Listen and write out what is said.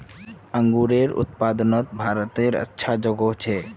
अन्गूरेर उत्पादनोत भारतेर अच्छा जोगोह छे